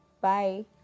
Bye